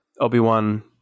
Obi-Wan